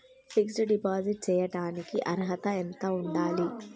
Fix డ్ deposit చేయటానికి అర్హత ఎంత ఉండాలి?